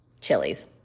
chilies